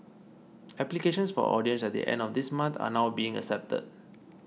applications for auditions at the end of this month are now being accepted